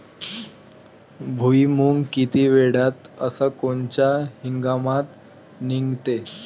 भुईमुंग किती वेळात अस कोनच्या हंगामात निगते?